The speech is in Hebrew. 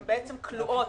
הן כלואות